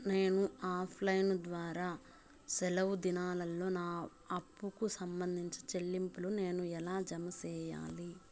నేను offline ద్వారా సెలవు దినాల్లో నా అప్పుకి సంబంధించిన చెల్లింపులు నేను ఎలా జామ సెయ్యాలి?